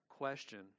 question